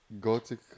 gothic